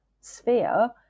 sphere